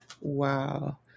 Wow